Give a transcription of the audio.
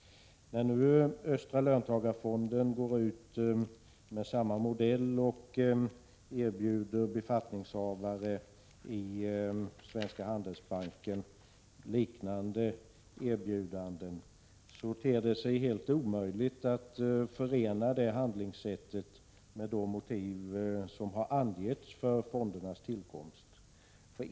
När nu Östra löntagarfonden går ut till befattningshavare i Svenska Handelsbanken med liknande erbjudanden är det helt omöjligt att se hur detta handlingssätt kan förenas med de motiv som angivits för fondernas tillkomst.